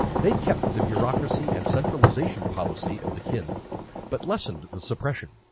they kept the bureaucracy and centralization policy of the qin but lessened the suppression.